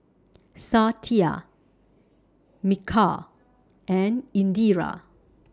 Satya Milkha and Indira